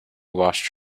washed